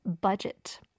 budget